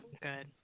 Good